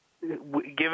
given